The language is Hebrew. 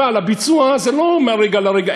אבל הביצוע זה לא מהרגע להרגע.